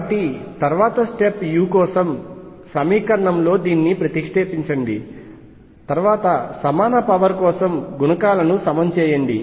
కాబట్టి తర్వాత step u కోసం సమీకరణంలో దీన్ని ప్రతిక్షేపించండి తర్వాత సమాన పవర్ కోసం గుణకాలను సమం చేయండి